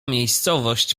miejscowość